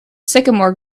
sycamore